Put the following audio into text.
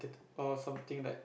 or something like